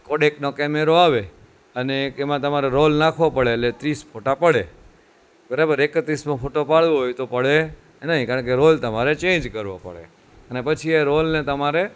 કોડેકનો કેમેરો આવે અને એમા તમારે રોલ નાખવો પડે એટલે ત્રીસ ફોટા પડે બરાબર એકત્રીસમો ફોટો પડવો હોય તો પડે નહીં કારણ કે રોલ તમારે ચેન્જ કરવો પડે અને પાછી એ રોલને તમારે